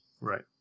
Right